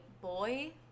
boy